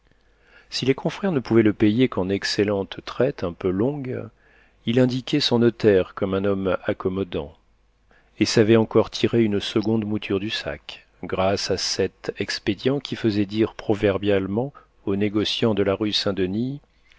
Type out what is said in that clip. si les confrères ne pouvaient le payer qu'en excellentes traites un peu longues il indiquait son notaire comme un homme accommodant et savait encore tirer une seconde mouture du sac grâce à cet expédient qui faisait dire proverbialement aux négociants de la rue saint-denis